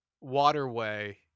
waterway